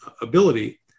ability